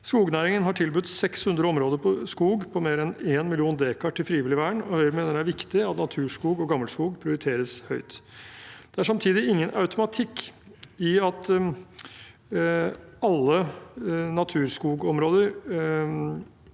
Skognæringen har tilbudt 600 områder skog på mer enn en million dekar til frivillig vern, og Høyre mener det er viktig at naturskog og gammelskog prioriteres høyt. Det er samtidig ingen automatikk i at alle naturskogområder